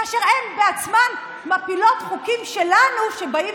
כאשר הן בעצמן מפילות חוקים שלנו שבאים